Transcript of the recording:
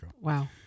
Wow